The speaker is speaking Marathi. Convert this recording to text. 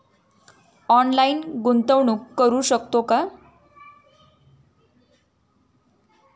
ऑनलाइन गुंतवणूक करू शकतो का?